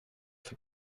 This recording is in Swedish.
för